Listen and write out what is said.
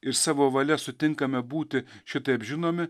ir savo valia sutinkame būti šitaip žinomi